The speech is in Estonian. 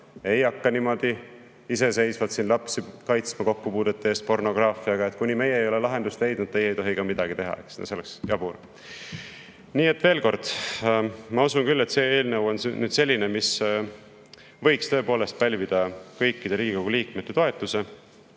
ei hakka siin niimoodi iseseisvalt lapsi kaitsma kokkupuudete eest pornograafiaga! Kuni meie ei ole lahendust leidnud, teie ei tohi ka midagi teha." See oleks jabur. Veel kord, ma usun küll, et see eelnõu on nüüd selline, mis võiks tõepoolest pälvida kõikide Riigikogu liikmete toetuse.